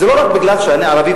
זה לא רק כי אני ערבי,